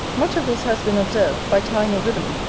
much of this has been observed, by tying a riband,